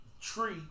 tree